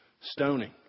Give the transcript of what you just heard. stoning